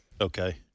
Okay